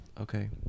Okay